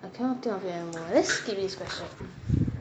I cannot think of it at the moment let's skip this question